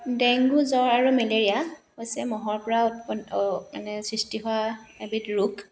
dengue জ্বৰ আৰু malaria হৈছে মহৰ পৰা উৎপন্ন মানে সৃষ্টি হোৱা এবিধ ৰোগ